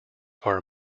are